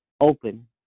open